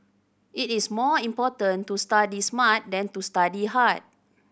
it is more important to study smart than to study hard